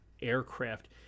aircraft